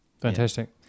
Fantastic